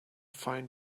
find